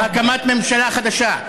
" והרכבת ממשלה חדשה".